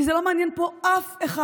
כי זה לא מעניין פה אף אחד.